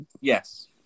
Yes